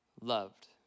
loved